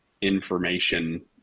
information